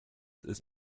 ist